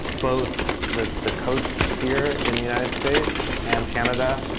both the the coasts here in the united states and canada,